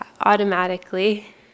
automatically